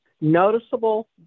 noticeable